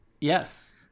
Yes